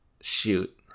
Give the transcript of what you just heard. Shoot